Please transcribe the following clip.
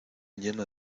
llena